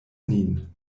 nin